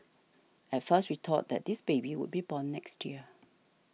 at first we thought that this baby would be born next year